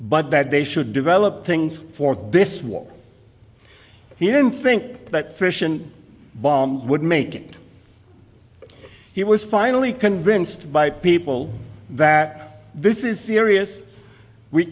but that they should develop things for this war he didn't think that fission bombs would make it he was finally convinced by people that this is serious we